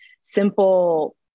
simple